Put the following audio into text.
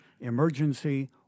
emergency